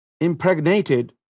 impregnated